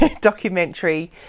documentary